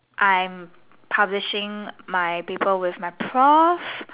I'm publishing my papers with my pross